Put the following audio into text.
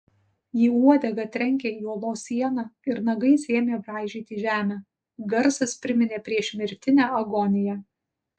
ji uodega trenkė į olos sieną ir nagais ėmė braižyti žemę garsas priminė priešmirtinę agoniją